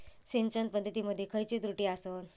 सिंचन पद्धती मध्ये खयचे त्रुटी आसत?